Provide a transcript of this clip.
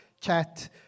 chat